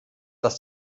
dass